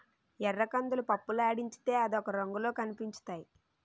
ఎర్రకందులు పప్పులాడించితే అదొక రంగులో కనిపించుతాయి